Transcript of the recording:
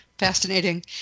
Fascinating